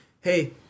hey